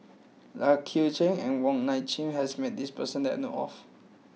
Lai Kew Chai and Wong Nai Chin has met this person that I know of